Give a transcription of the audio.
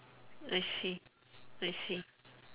I see I see